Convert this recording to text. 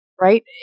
right